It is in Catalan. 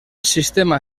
sistema